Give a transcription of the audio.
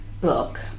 book